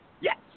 Yes